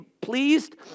pleased